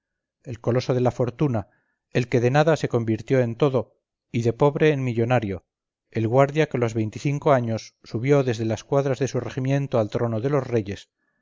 el coloso de la fortuna el que de nada se convirtió en todo y de pobre en millonario el guardia que a los veinticinco años subió desde las cuadras de su regimiento al trono de los reyes